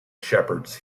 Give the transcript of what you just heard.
shepherds